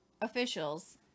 officials